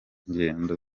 ngendo